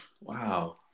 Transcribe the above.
wow